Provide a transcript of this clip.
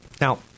Now